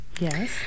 Yes